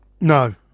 No